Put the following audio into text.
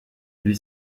lui